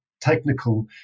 technical